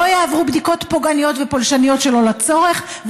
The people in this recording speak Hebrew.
לא יעברו בדיקות פוגעניות ופולשניות שלא לצורך.